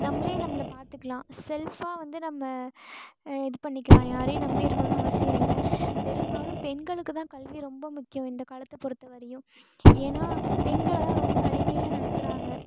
நம்மளே நம்மளை பார்த்துக்கலாம் செல்ஃபாக வந்து நம்ம இது பண்ணிக்கலாம் யாரையும் நம்பி இருக்கணும்ன்னு அவசியம் இல்லை பெரும்பாலும் பெண்களுக்கு தான் கல்வி ரொம்ப முக்கியம் இந்த காலத்தை பொறுத்த வரையும் ஏன்னா பெண்களை தான் ரொம்ப அடிமையாக நடத்துகிறாங்க